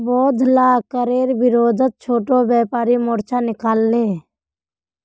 बोढ़ला करेर विरोधत छोटो व्यापारी मोर्चा निकला ले